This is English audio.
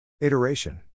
Iteration